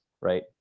right